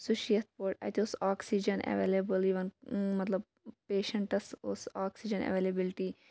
سُہ چھُ یِتھ پٲٹھۍ اَتہِ اوس آکسیٖجَن ایٚولیبٕل یِمن مطلب پیشَنٹَس اوس آکسیٖجَن ایٚولیبٕلٹی